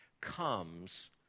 comes